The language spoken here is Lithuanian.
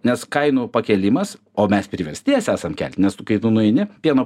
nes kainų pakėlimas o mes priversti jas esam kelt nes kai tu nueini pieno